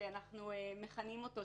כפי שאנחנו מכנים אותו,